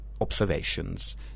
observations